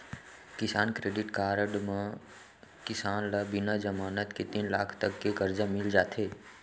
किसान credit card म किसान ल बिना जमानत के तीन लाख तक के करजा मिल जाथे